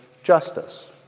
Justice